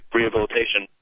rehabilitation